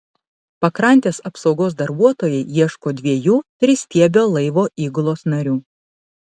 pakrantės apsaugos darbuotojai ieško dviejų tristiebio laivo įgulos narių